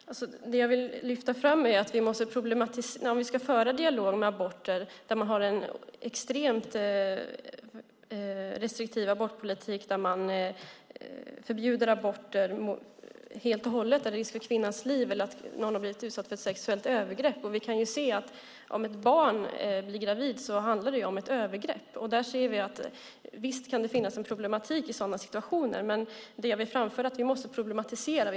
Fru talman! Det jag vill lyfta fram är vad vi ska tänka på om vi ska föra en dialog om aborter med länder som har en extremt restriktiv abortpolitik där man förbjuder aborter helt och hållet, även när det är risk för kvinnans liv eller när någon har blivit utsatt för ett sexuellt övergrepp. Vi kan se att det handlar om ett övergrepp om någon som är ett barn blir gravid. Visst kan det finnas en problematik i sådana situationer, men det jag vill framföra är att vi måste problematisera.